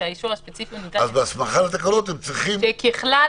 כשהאישור הספציפי --- אז בהסמכה לתקנות הם צריכים --- ככלל,